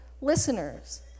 listeners